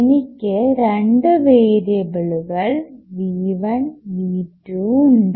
എനിക്ക് രണ്ട് വേരിയബിളുകൾ V1 V2 ഉണ്ട്